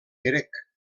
grec